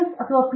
MS ಅಥವಾ Ph